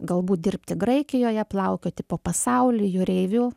galbūt dirbti graikijoje plaukioti po pasaulį jūreiviu